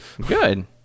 Good